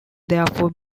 therefore